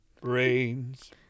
Brains